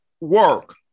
work